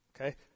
Okay